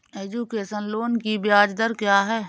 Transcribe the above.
Education loan की ब्याज दर क्या है?